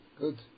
Good